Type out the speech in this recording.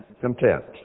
content